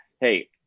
Hey